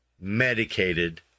medicated